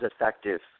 effective